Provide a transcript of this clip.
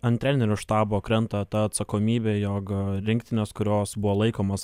ant trenerių štabo krenta ta atsakomybė joga rinktinės kurios buvo laikomos